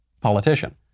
politician